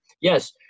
Yes